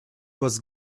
was